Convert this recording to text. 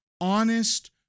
honest